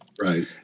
Right